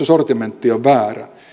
sortimentti on väärä